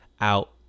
out